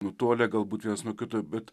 nutolę galbūt vienas nuo kito bet